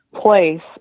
place